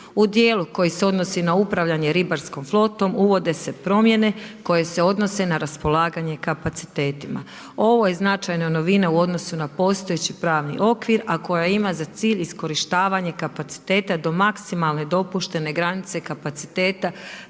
U dijelu koji se odnosi na upravljanje ribarskom flotom, uvode se promjene koje se odnose na raspolaganje kapacitetima. Ovo je značajna novina u odnosu na postojeći pravni okvir, a koja ima za cilj iskorištavanje kapaciteta do maksimalne dopuštene granice kapaciteta